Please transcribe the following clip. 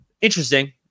interesting